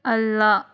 ಅಲ್ಲ